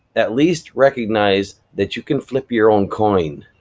at least recognize that you can flip your own coin.